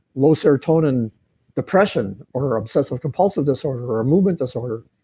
low serotonin depression, or obsessive compulsive disorder, or a movement disorder,